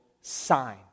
sign